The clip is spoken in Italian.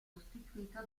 sostituito